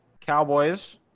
Cowboys